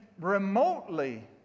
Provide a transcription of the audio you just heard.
remotely